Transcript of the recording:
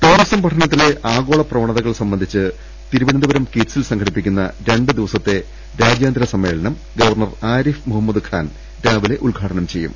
tourism പഠനത്തിലെ ആഗോള പ്രവണതകൾ സംബന്ധിച്ച് തിരുവനന്തപുരം കിറ്റ്സിൽ സംഘടിപ്പിക്കുന്ന രണ്ടു ദിവ സത്തെ രാജ്യാന്തര സമ്മേളനം ഗ്വർണർ ആരിഫ് മുഹ മ്മദ് ഖാൻ രാവിലെ ഉദ്ഘാടനം ചെയ്യും